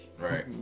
Right